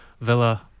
Villa